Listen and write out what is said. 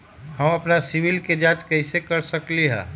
हम अपन सिबिल के जाँच कइसे कर सकली ह?